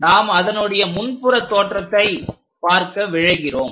நாம் அதனுடைய முன் புறத்தோற்றத்தை பார்க்க விழைகிறோம்